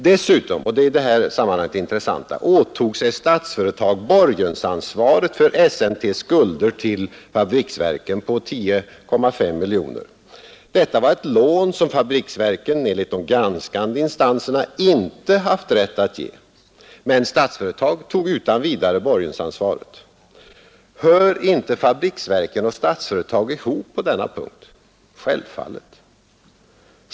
Dessutom — och det är i detta sammanhang det intressanta — åtog sig Statsföretag borgensansvaret för SMT:s skulder till fabriksverken på 10,5 miljoner kronor. Detta var ett lån som fabriksverken enligt de granskande instanserna inte haft rätt att ge. Men Statsföretag tog utan vidare borgensansvaret. Hör inte fabriksverken och Statsföretag ihop på denna punkt? Självfallet.